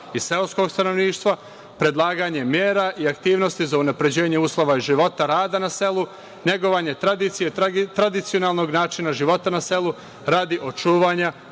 i seoskog stanovništva, predlaganje mera i aktivnosti za unapređenje uslova života i rada na selu, negovanje tradicionalnog načina života na selu, radi očuvanja